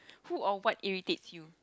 who or what irritate you